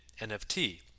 NFT